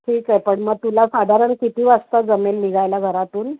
ठीक आहे पण मग तुला साधारण किती वाजता जमेल निघायला घरातून